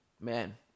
Man